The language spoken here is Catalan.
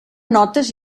notes